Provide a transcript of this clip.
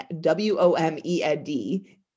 W-O-M-E-D